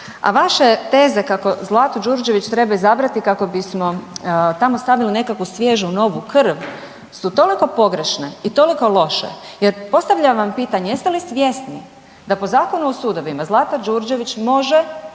A vaše teze kao Zlatu Đurđević treba izabrati kako bismo tamo stavili nekakvu svježu, novu krv su toliko pogrešne i toliko loše jer postavljam vam pitanje jeste li svjesni da po Zakonu o sudovima Zlata Đurđević može